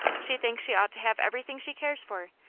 she thinks she ought to have every thing she cares for,